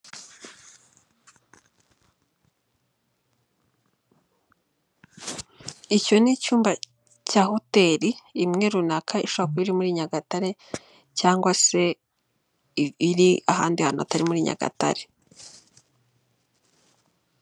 Icyo ni icyumba cya hoteli imwe runaka ishobora kuba iri muri Nyagatare cyangwa se iri ahandi hantu hatari muri Nyagatare.